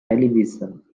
television